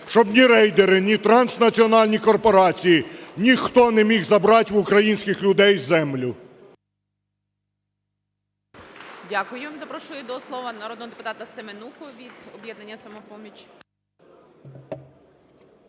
Щоб ні рейдери, ні транснаціональні корпорації, ніхто не міг забрати в українських людей землю. ГОЛОВУЮЧИЙ. Дякую. Запрошую до слова народного депутата Семенуху від "Об'єднання "Самопоміч".